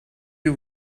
you